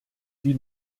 die